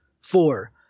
four